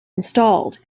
installed